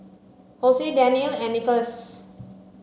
Hosie Danyelle and Nicholaus